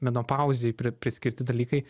menopauzei pre priskirti dalykai